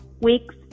weeks